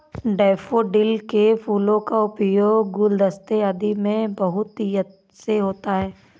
daffodil के फूलों का उपयोग गुलदस्ते आदि में बहुतायत से होता है